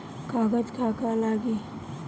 कागज का का लागी?